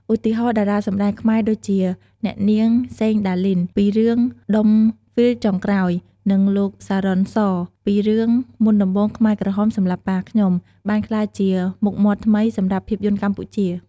ឧទាហរណ៍ តារាសម្តែងខ្មែរដូចជា អ្នកនាង សេង ដាលីន ពី រឿង ដុំហ្វីលចុងក្រោយ និង លោក សារុន សរ ពី រឿង មុនដំបូងខ្មែរក្រហមសម្លាប់ប៉ាខ្ញុំ បានក្លាយជាមុខមាត់ថ្មីសម្រាប់ភាពយន្តកម្ពុជា។